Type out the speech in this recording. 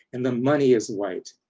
and the money is white.